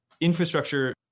infrastructure